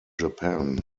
japan